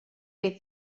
beth